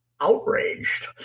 outraged